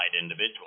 individual